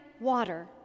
water